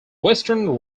western